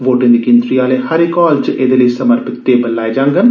वोटें दी गिनतरी आह्ले हर इक हाल च एह्दे लेई समर्पित टेबल लाए जाडन